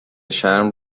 شرم